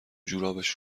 جورابش